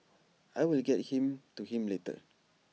I will get him to him later